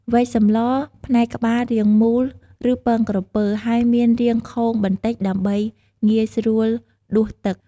វែកសម្ល ផ្នែកក្បាលរាងមូល ឬពងក្រពើ ហើយមានរាងខូងបន្តិចដើម្បីងាយស្រួលដួសទឹក។